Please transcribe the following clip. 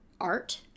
art